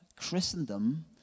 Christendom